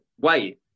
wait